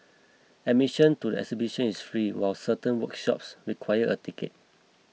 admission to the exhibition is free while certain workshops require a ticket